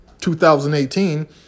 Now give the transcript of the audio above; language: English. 2018